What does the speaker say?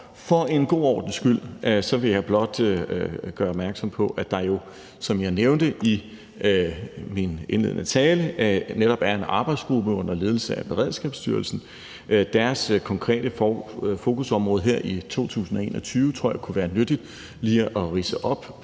for en god ordens skyld vil jeg blot gøre opmærksom på, at der jo, som jeg nævnte i min indledende tale, netop er en arbejdsgruppe under ledelse af Beredskabsstyrelsen. Deres konkrete fokusområder her i 2021 tror jeg det kunne være nyttigt lige at ridse op